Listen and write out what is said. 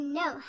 no